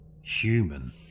Human